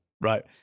Right